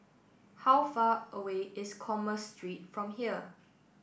how far away is Commerce Street from here